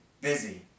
busy